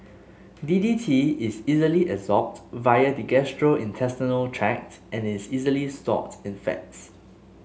D D T is readily absorbed via the gastrointestinal tract and is easily stored in fats